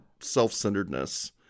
self-centeredness